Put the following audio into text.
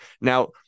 Now